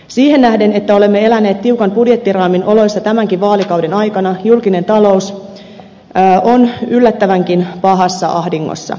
siihen nähden että olemme eläneet tiukan budjettiraamin oloissa tämänkin vaalikauden aikana julkinen talous on yllättävänkin pahassa ahdingossa